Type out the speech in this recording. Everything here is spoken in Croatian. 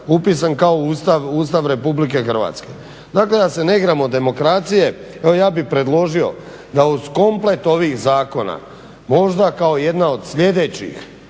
upisan kao Ustav RH. Dakle, da se ne igramo demokracije, evo ja bi predložio da uz komplet ovih zakona možda kao jedan od sljedećih